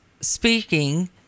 speaking